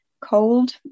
cold